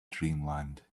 dreamland